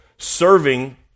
Serving